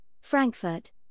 Frankfurt